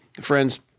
Friends